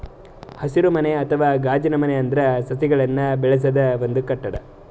ಹಸಿರುಮನೆ ಅಥವಾ ಗಾಜಿನಮನೆ ಅಂದ್ರ ಸಸಿಗಳನ್ನ್ ಬೆಳಸದ್ ಒಂದ್ ಕಟ್ಟಡ